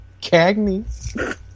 Cagney